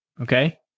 okay